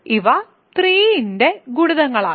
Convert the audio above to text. ഇവ 3ന്റെ ഗുണിതങ്ങളാണ്